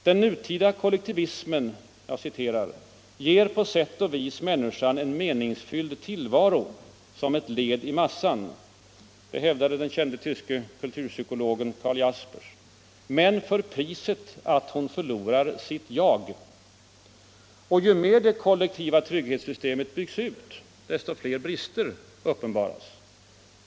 ”Den nutida kollektivismen ger på sätt och vis människan en meningsfylld tillvaro som ett led i massan” — hävdade den kände tyske kulturpsykologen Karl Jaspers - ”men för priset att hon förlorar sitt jag.” Och ju mer det kollektiva trygghetssystemet byggs ut, desto flera brister uppenbaras.